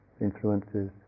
influences